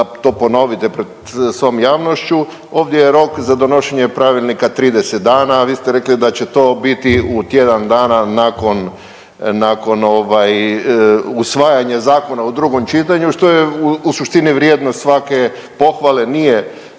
da to ponovite pred svom javnošću. Ovdje je rok za donošenje pravilnika 30 dana, a vi ste rekli da će to biti u tjedan dana nakon, nakon ovaj usvajanja zakona u drugom čitanju, što je u suštini vrijedno svake pohvale. Nije, nije